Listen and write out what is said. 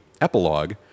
epilogue